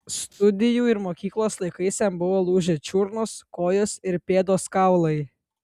studijų ir mokyklos laikais jam buvo lūžę čiurnos kojos ir pėdos kaulai